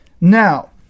Now